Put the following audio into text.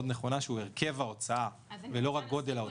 נכונה שהיא הרכב ההוצאה ולא רק גודל ההוצאה.